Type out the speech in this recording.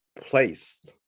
placed